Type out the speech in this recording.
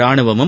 ரானுவமும்